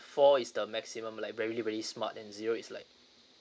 four is the maximum like very very smart and zero is like